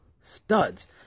studs